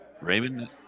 Raymond